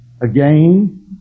again